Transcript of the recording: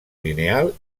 lineal